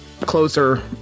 closer